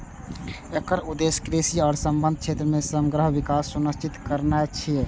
एकर उद्देश्य कृषि आ संबद्ध क्षेत्र मे समग्र विकास सुनिश्चित करनाय छियै